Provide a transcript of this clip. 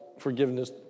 forgiveness